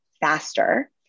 faster